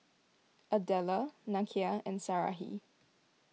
Adella Nakia and Sarahi